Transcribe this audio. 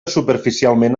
superficialment